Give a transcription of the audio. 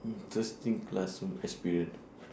interesting classroom experience